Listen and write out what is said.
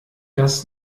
das